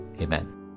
Amen